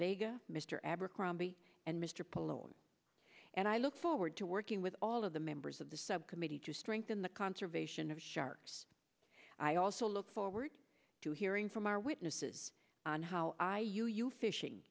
vega mr abercrombie and mr pallone and i look forward to working with all of the members of the subcommittee to strengthen the conservation of sharks i also look forward to hearing from our witnesses on how you you fishing